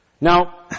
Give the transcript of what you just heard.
Now